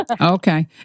Okay